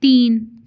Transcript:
तीन